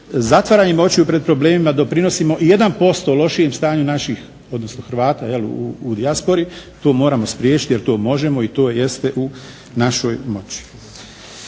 zatvaranjem očiju pred problemima doprinosimo i 1% lošijem stanju naših odnosno Hrvata u dijaspori, to moramo spriječiti i to možemo i to jeste u našoj moći.